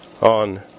on